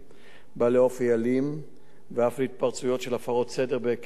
אופי אלים ואף להתפרצויות של הפרות סדר בהיקף רחב,